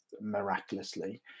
miraculously